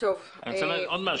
אני רוצה לומר עוד משהו.